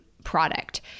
Product